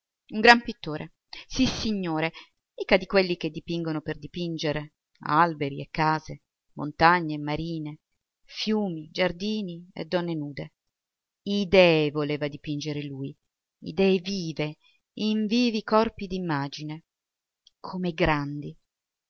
un gran pittore sissignori mica di quelli che dipingono per dipingere alberi e case montagne e marine fiumi giardini e donne nude idee voleva dipingere lui idee vive in vivi corpi di immagini come i grandi